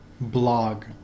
blog